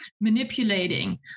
manipulating